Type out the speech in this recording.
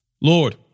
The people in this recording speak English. Lord